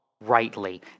rightly